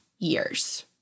years